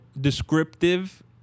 descriptive